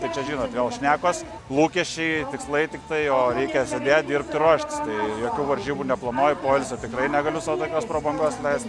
tai čia žinot vėl šnekos lūkesčiai tikslai tikai o reikia sėdėt dirbt ir ruoštis tai jokių varžybų neplanuoju poilsio tikrai negaliu sau tokios prabangos leist